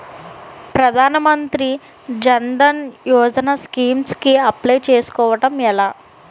ప్రధాన మంత్రి జన్ ధన్ యోజన స్కీమ్స్ కి అప్లయ్ చేసుకోవడం ఎలా?